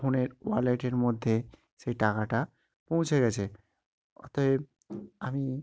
ফোনের ওয়ালেটের মধ্যে সেই টাকাটা পৌঁছে গেছে অতএব আমি